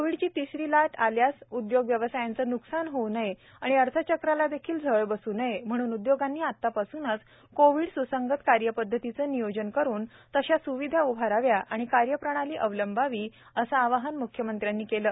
कोविडची तिसरी लाट आल्यास उद्योग व्यवसायांचे न्कसान होऊ नये आणि अर्थचक्राला देखील झळ बस् नये म्हणून उद्योगांनी आतापासूनच कोविड स्संगत कार्यपद्धतीचे नियोजन करून तशा स्विधा उभाराव्यात व कार्यप्रणाली अवलंबवावी असे आवाहनही मुख्यमंत्र्यांनी केले